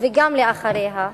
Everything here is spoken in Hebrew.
וגם לאחריה,